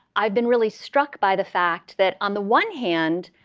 i've been really struck by the fact that on the one hand,